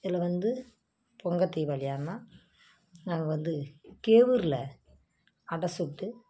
இதில் வந்து பொங்கல் தீபாவளியானா நாங்கள் வந்து கேவுரில் அடை சுட்டு